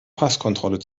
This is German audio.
passkontrolle